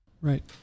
Right